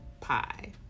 pie